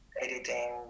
editing